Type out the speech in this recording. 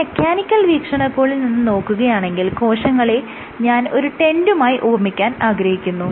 ഒരു മെക്കാനിക്കൽ വീക്ഷണകോണിൽ നിന്നും നോക്കുകയാണെങ്കിൽ കോശങ്ങളെ ഞാൻ ഒരു ടെന്റുമായി ഉപമിക്കാൻ ആഗ്രഹിക്കുന്നു